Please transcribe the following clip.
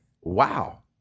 wow